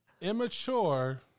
Immature